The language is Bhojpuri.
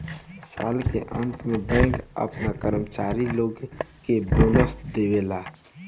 साल के अंत में बैंक आपना कर्मचारी लोग के बोनस देवेला